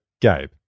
Gabe